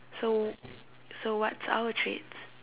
so so what's our treats